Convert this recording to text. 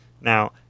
Now